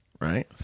right